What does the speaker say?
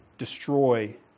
destroy